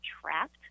trapped